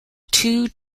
two